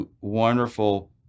wonderful